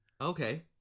Okay